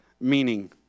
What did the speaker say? Meaning